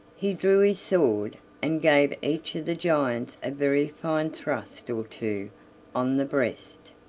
he drew his sword and gave each of the giants a very fine thrust or two on the breast,